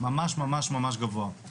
ממש ממש גבוה.